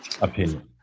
opinion